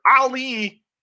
Ali